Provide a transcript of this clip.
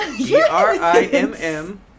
G-R-I-M-M